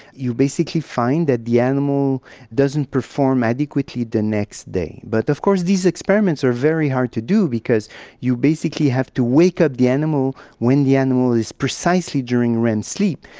you basically find that the animal doesn't perform adequately the next day. but of course these experiments are very hard to do because you basically have to wake up the animal when the animal is precisely during rem sleep,